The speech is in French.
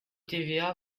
tva